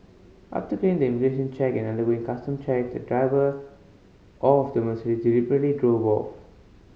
after clearing the immigration check and undergoing custom check the driver of the deliberately drove off